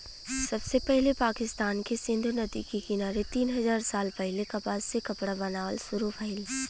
सबसे पहिले पाकिस्तान के सिंधु नदी के किनारे तीन हजार साल पहिले कपास से कपड़ा बनावल शुरू भइल